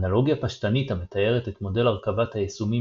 אנלוגיה פשטנית המתארת את מודל הרכבת היישומים